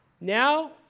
Now